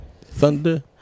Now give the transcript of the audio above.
thunder